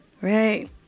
right